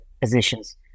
positions